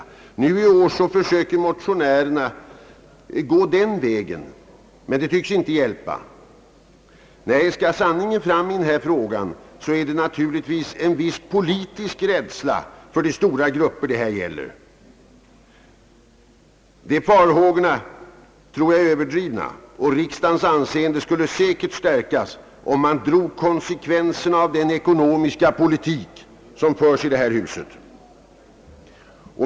I år försöker motionärerna gå den vägen, men det tycks inte hjälpa. Skall sanningen fram i denna fråga, föreligger naturligtvis en viss politisk rädsla för de stora grupper det här gäller. Jag tror att dessa farhågor är överdrivna. Riksdagens anseende skulle säkert stärkas om man drog konsekven serna av den ekonomiska politik som förs i detta hus.